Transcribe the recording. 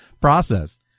process